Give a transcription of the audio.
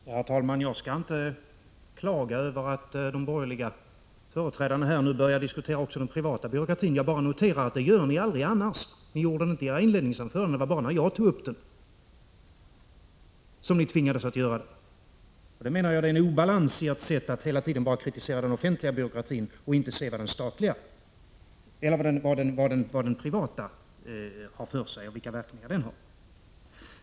Herr talman! Jag skall inte klaga över att de borgerliga företrädarna här nu börjar diskutera även den privata byråkratin. Jag noterar bara att det gör ni aldrig annars. Det gjorde ni inte i era inledningsanföranden. Det var bara när jag tog upp frågan som ni tvingades att göra det. Jag menar att det är en obalans i ert sätt att hela tiden bara kritisera den offentliga byråkratin och inte se vilka verkningar den privata byråkratin får.